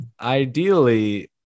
Ideally